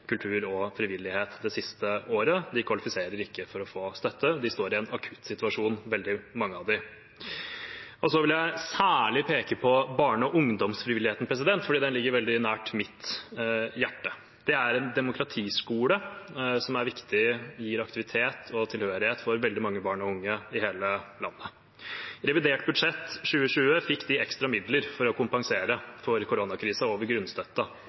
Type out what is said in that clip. kultur og frivillighet det siste året. De kvalifiserer ikke for å få støtte, og veldig mange av dem står i en akuttsituasjon. Så vil jeg særlig peke på barne- og ungdomsfrivilligheten, for den ligger veldig nært mitt hjerte. Det er en demokratiskole, som er viktig, som gir aktivitet og tilhørighet for veldig mange barn og unge i hele landet. I revidert budsjett 2020 fikk de ekstra midler over grunnstøtten for å kompensere for